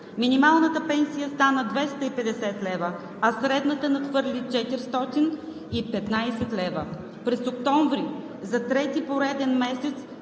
Минималната пенсия стана 250 лв., а средната надхвърли 415 лв. През октомври за трети пореден месец